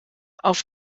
auf